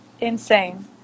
insane